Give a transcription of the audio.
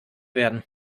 werden